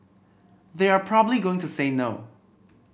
they are probably going to say no